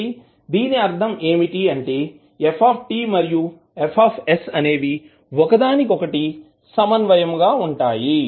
కాబట్టి దీని అర్ధం ఏమిటి అంటే f మరియు F అనేవి ఒకదానికి ఒకటి సమన్వయముగా ఉంటాయి